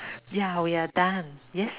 ya we are done yes